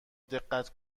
دقت